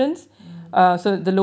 mm